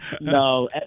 No